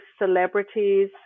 celebrities